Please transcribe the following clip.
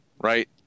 right